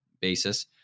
basis